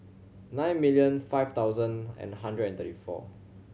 nine million five thousand and hundred and thirty four